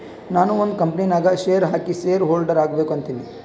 ನಾನು ಒಂದ್ ಕಂಪನಿ ನಾಗ್ ಶೇರ್ ಹಾಕಿ ಶೇರ್ ಹೋಲ್ಡರ್ ಆಗ್ಬೇಕ ಅಂತೀನಿ